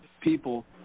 people